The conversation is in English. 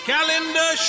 Calendar